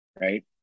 right